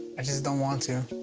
i just don't want to.